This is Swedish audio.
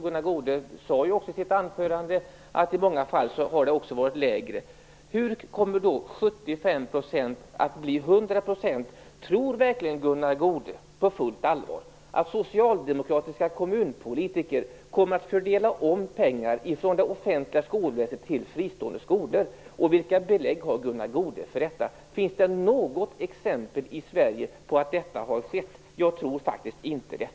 Gunnar Goude sade dessutom i sitt anförande att det i många fall också har varit lägre. Hur kommer då 75 % att bli 100 %? Tror verkligen Gunnar Goude på fullt allvar att socialdemokratiska kommunpolitiker kommer att fördela om pengar från det offentliga skolväsendet till fristående skolor? Vilka belägg har Gunnar Goude för detta? Finns det något exempel i Sverige på att detta har skett? Jag tror faktiskt inte det.